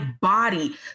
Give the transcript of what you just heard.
body